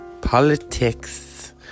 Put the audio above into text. politics